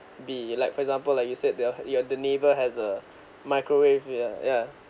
be like for example like you said that you are the neighbour has a microwave you ya yeah